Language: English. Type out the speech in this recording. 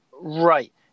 Right